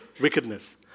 wickedness